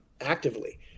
actively